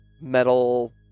metal